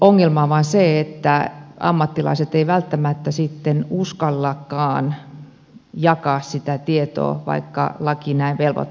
ongelma on vain se että ammattilaiset eivät välttämättä sitten uskallakaan jakaa sitä tietoa vaikka laki näin velvoittaisi